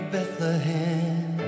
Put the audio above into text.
Bethlehem